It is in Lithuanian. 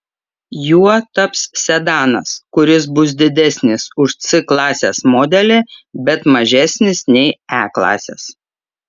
juo taps sedanas kuris bus didesnis už c klasės modelį bet mažesnis nei e klasės